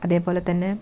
അതേ പോലെ തന്നെ